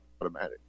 automatic